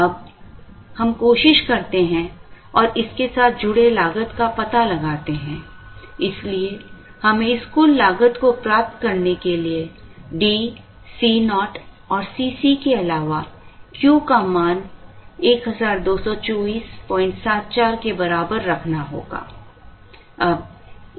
अब हम कोशिश करते हैं और इसके साथ जुड़े लागत का पता लगाते हैं इसलिए हमें इस कुल लागत को प्राप्त करने के लिए D C o और C c के अलावा Q का मान 122474 के बराबर रखना होगा